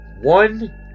one